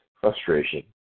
frustration